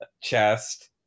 chest